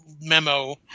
memo